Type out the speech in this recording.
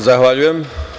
Zahvaljujem.